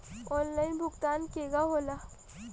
Online भुगतान केगा होला?